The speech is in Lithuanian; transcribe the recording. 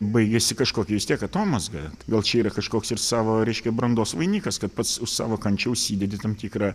baigiasi kažkokia vis tiek atomazga gal čia yra kažkoks ir savo reiškia brandos vainikas kad pats sa savo kančią užsidedi tam tikrą